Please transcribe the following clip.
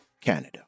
Canada